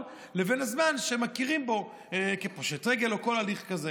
לבין הזמן שמכירים בו כפושט רגל או כל הליך כזה.